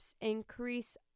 increase